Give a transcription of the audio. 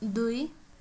दुई